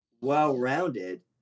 well-rounded